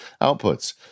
outputs